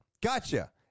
gotcha